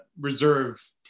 reserve